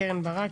קרן ברק,